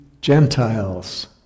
Gentiles